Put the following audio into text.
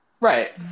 Right